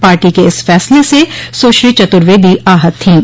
party के इस फैसले से सुश्री चतुर्वेदी आहत थीं